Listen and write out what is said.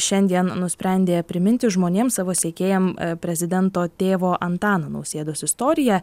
šiandien nusprendė priminti žmonėm savo sekėjam prezidento tėvo antano nausėdos istoriją